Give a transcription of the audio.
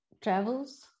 travels